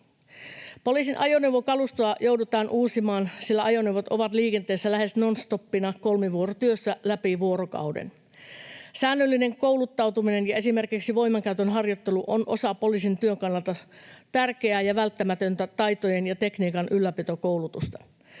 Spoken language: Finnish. Poliisin ajoneuvokalustoa joudutaan uusimaan, sillä ajoneuvot ovat liikenteessä lähes nonstoppina kolmivuorotyössä läpi vuorokauden. Säännöllinen kouluttautuminen ja esimerkiksi voimankäytön harjoittelu ovat osa poliisin työn kannalta tärkeää ja välttämätöntä taitojen ja tekniikan ylläpitokoulutusta.